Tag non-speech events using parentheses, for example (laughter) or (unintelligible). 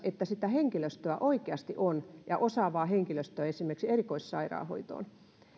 (unintelligible) että sitä henkilöstöä oikeasti on ja osaavaa henkilöstöä esimerkiksi erikoissairaanhoitoon